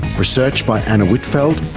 research by anna whitfeld,